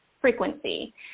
frequency